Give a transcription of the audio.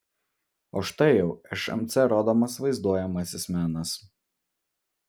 o štai jau šmc rodomas vaizduojamasis menas